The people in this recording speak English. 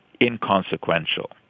inconsequential